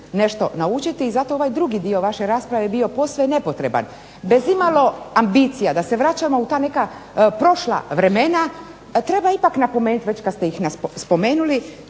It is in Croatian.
nešto naučiti i zato ovaj drugi dio vaše rasprave je bio posve nepotreban, bez imalo ambicija da se vraćamo u ta neka prošla vremena. Treba ipak napomenuti već kad ste ih spomenuli